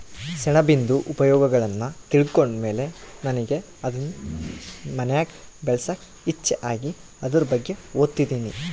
ಸೆಣಬಿಂದು ಉಪಯೋಗಗುಳ್ನ ತಿಳ್ಕಂಡ್ ಮೇಲೆ ನನಿಗೆ ಅದುನ್ ಮನ್ಯಾಗ್ ಬೆಳ್ಸಾಕ ಇಚ್ಚೆ ಆಗಿ ಅದುರ್ ಬಗ್ಗೆ ಓದ್ತದಿನಿ